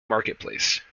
marketplace